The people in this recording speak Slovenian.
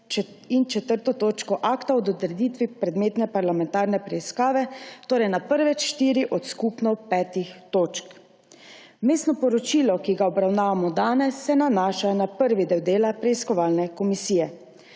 in 4. točko akta o odreditvi predmetne parlamentarne preiskave, torej na prve štiri od skupno petih točk. Vmesno poročilo, ki ga obravnavamo danes, se nanaša na prvi del dela preiskovalne komisije.